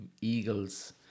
Eagles